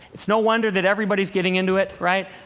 it's no wonder that everybody's getting into it, right?